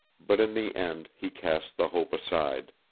but in the end he cast the hope aside.